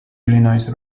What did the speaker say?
illinois